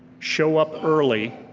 show up early,